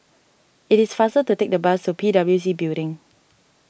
it is faster to take the bus to P W C Building